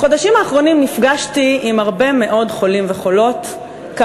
בחודשים האחרונים נפגשתי עם חולים וחולות רבים.